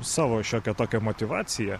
savo šiokią tokią motyvaciją